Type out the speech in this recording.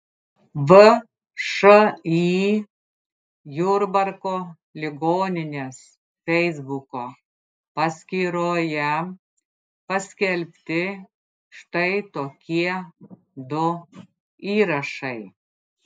všį jurbarko ligoninės feisbuko paskyroje paskelbti štai tokie du įrašai